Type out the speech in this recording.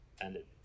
ended